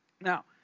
Now